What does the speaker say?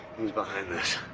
who's behind this?